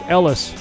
Ellis